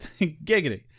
Giggity